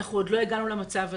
אנחנו עוד לא הגענו למצב הזה.